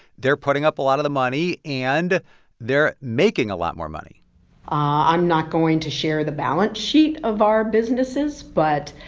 they're putting up a lot of the money, and they're making a lot more money ah i'm not going to share the balance sheet of our businesses, but